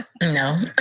No